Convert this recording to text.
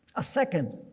a second,